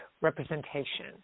representation